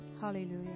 Hallelujah